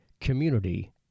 community